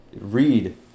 Read